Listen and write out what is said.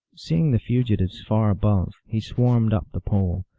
seeing the fugitives far above, he swarmed up the pole.